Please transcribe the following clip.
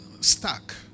stuck